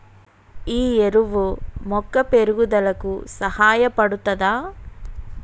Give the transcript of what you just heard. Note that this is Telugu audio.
ఈ ఎరువు మొక్క పెరుగుదలకు సహాయపడుతదా?